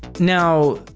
now,